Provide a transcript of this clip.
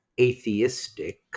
atheistic